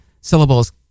syllables